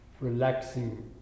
relaxing